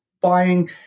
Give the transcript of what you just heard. buying